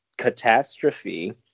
catastrophe